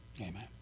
Amen